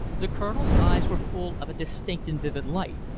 the colonel's eyes were full of a distinct and vivid light.